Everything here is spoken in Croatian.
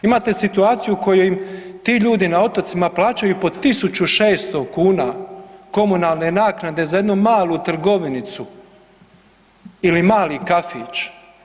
Imate situaciju kojima ti ljudi na otocima plaćaju po tisuću 600 kuna komunalne naknade za jednu malu trgovinicu ili mali kafić.